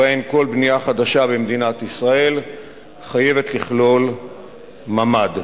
שלפיהן כל בנייה חדשה במדינת ישראל חייבת לכלול ממ"ד,